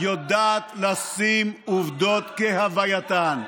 יודעת לשים עובדות כהווייתן.